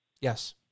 Yes